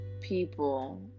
people